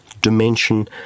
dimension